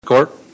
Court